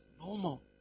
normal